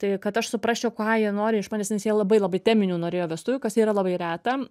tai kad aš suprasčiau ką jie nori iš manęs nes jie labai labai teminių norėjo vestuvių kas yra labai reta